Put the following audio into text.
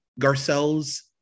Garcelle's